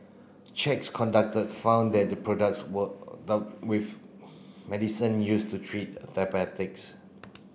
checks conducted found that the products were with medicine used to treat diabetics